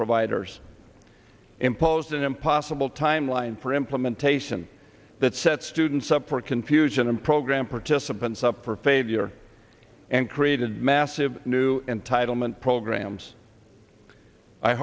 providers impose an impossible timeline for implementation that set students up for confusion and program participants up for failure and created massive new entitlement programs i